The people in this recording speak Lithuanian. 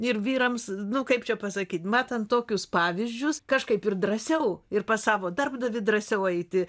ir vyrams nu kaip čia pasakyt matant tokius pavyzdžius kažkaip ir drąsiau ir pas savo darbdavį drąsiau eiti